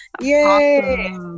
Yay